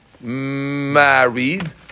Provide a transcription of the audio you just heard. married